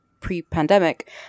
pre-pandemic